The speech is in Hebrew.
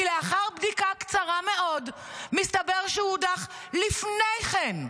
כי לאחר בדיקה קצרה מאוד מסתבר שהוא הודח לפני כן,